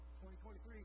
2023